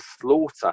Slaughter